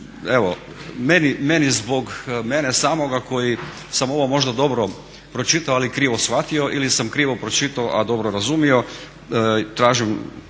evo meni zbog mene samoga koji sam možda ovo dobro pročitao, ali krivo shvatio ili sam krivo pročitao, a dobro razumio. Tražim